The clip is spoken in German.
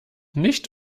nicht